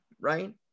right